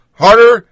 harder